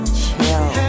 chill